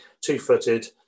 two-footed